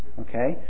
Okay